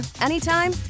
anytime